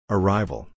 Arrival